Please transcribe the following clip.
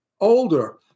older